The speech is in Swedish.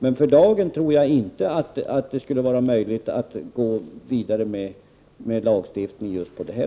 Men för dagentror 24 maj 1989 jag inte att det är möjligt att gå vidare med lagstiftning på just det här